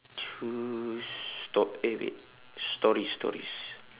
choose stop eh wait stories stories